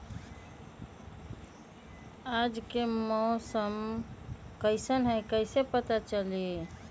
आज के मौसम कईसन हैं कईसे पता चली?